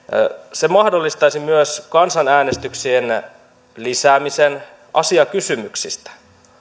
se mahdollistaisi myös kansanäänestyksien lisäämisen asiakysymyksistä